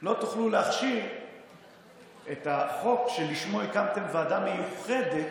לא תוכלו להכשיר את החוק שלשמו הקמתם ועדה מיוחדת,